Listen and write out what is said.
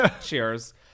Cheers